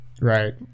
right